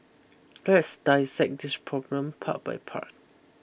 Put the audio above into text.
let's dissect this problem part by part